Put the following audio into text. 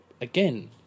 Again